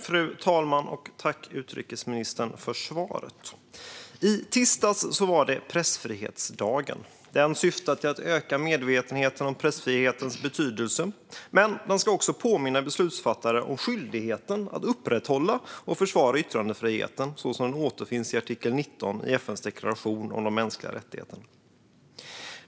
Fru talman! Tack, utrikesministern, för svaret! I tisdags var det pressfrihetsdagen. Den syftar till att öka medvetenheten om pressfrihetens betydelse. Men den ska också påminna beslutsfattare om skyldigheten att upprätthålla och försvara yttrandefriheten så som den uttrycks i artikel 19 i FN:s deklaration om de mänskliga rättigheterna.